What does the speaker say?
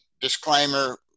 disclaimer